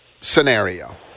scenario